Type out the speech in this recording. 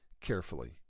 carefully